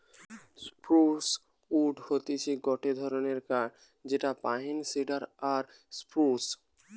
spruce wood হতিছে গটে ধরণের কাঠ যেটা পাইন, সিডার আর স্প্রুস